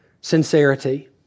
sincerity